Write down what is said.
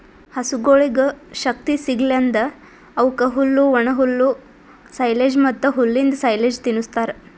ಹಸುಗೊಳಿಗ್ ಶಕ್ತಿ ಸಿಗಸಲೆಂದ್ ಅವುಕ್ ಹುಲ್ಲು, ಒಣಹುಲ್ಲು, ಸೈಲೆಜ್ ಮತ್ತ್ ಹುಲ್ಲಿಂದ್ ಸೈಲೇಜ್ ತಿನುಸ್ತಾರ್